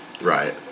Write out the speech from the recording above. Right